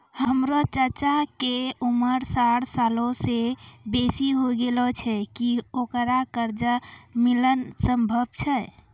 हमरो चच्चा के उमर साठ सालो से बेसी होय गेलो छै, कि ओकरा कर्जा मिलनाय सम्भव छै?